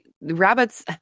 rabbits